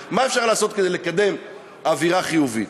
מה אפשר לעשות כדי לקדם אווירה חיובית.